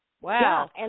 Wow